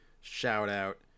shout-out